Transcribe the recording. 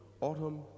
Autumn